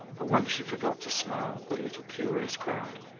for once she forgot to smile at the little curious crowd.